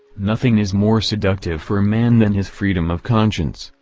nothing is more seductive for man than his freedom of conscience,